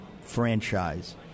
franchise